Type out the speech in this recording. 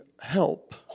help